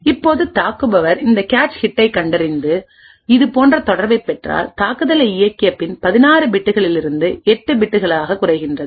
இப்போது தாக்குபவர் இந்த கேச் ஹிட்டை கண்டறிந்து இது போன்ற தொடர்பைப் பெற்றால் தாக்குதலை இயக்கிய பின் 16 பிட்களிலிருந்து 8 பிட்களாகக் குறைகிறது